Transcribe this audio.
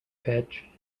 pitch